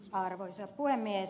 arvoisa puhemies